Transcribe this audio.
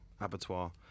abattoir